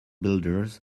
builders